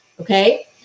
Okay